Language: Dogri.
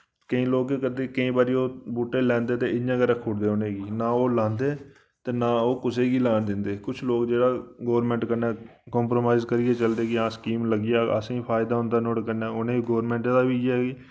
केईं लोक केह् करदे केईं बारी ओह् बूह्टे लैंदे ते इ'यां गै रक्खी ओड़दे उनें गी ना ओह् लांदे ते ना ओ कुसै गी लान दिंदे कुछ लोक जेह्ड़ा गोरमैंट कन्नै कोम्प्रोमाईज करियै चलदे की हां स्कीम लग्गी जाग असें फायदा होंदा नोह्ड़े कन्नै उनें गोरमैंट दा वि इय्यै की